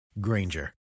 Granger